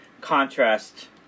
contrast